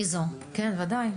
כן, בוודאי.